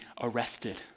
arrested